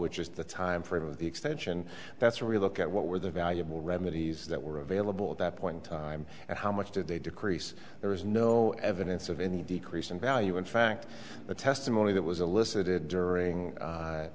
which is the timeframe of the extension that's a real look at what were the valuable remedies that were available at that point in time and how much did they decrease there was no evidence of any decrease in value in fact the testimony that was alyssa did during